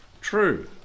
true